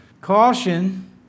caution